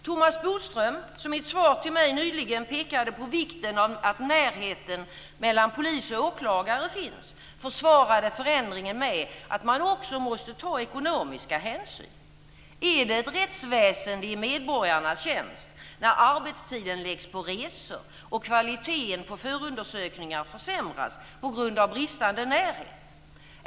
Thomas Bodström, som i ett svar till mig nyligen pekade på vikten av närheten mellan polis och åklagare, försvarade förändringen med att man också måste ta ekonomiska hänsyn. Är det ett rättsväsende i medborgarnas tjänst när arbetstiden läggs på resor och kvaliteten på förundersökningar försämras på grund av bristande närhet?